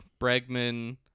Bregman